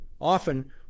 Often